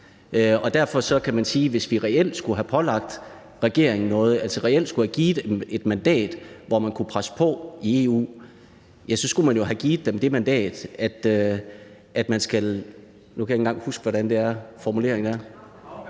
Derfor kan man sige, at hvis vi reelt skulle have pålagt regeringen noget, altså reelt skulle have givet et mandat til at presse på i EU, ja, så skulle man jo have givet dem mandat til at lægge afgørende vægt på det. Derfor er